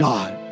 God